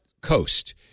coast